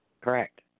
Correct